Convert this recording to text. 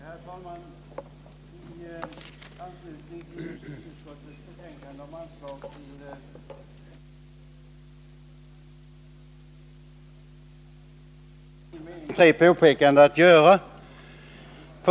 Herr talman! I anslutning till justitieutskottets betänkande om anslag till domstolsväsendet finns det enligt min mening tre påpekanden att göra.